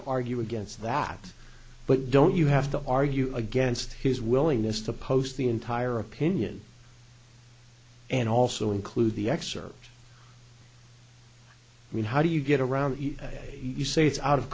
to argue against that but don't you have to argue against his willingness to post the entire opinion and also include the excerpt i mean how do you get around that you say it's out of